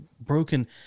broken